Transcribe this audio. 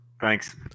Thanks